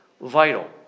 vital